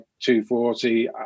240